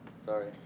sorry